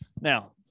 Now